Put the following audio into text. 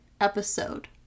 episode